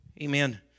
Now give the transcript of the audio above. Amen